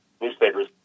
Newspapers